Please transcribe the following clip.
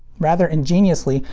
rather ingeniously,